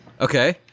Okay